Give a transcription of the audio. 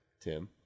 Tim